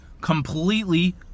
completely